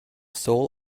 soul